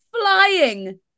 flying